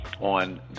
on